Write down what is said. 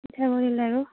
পিঠাগুড়িৰ লাড়ু